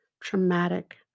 traumatic